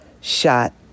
shot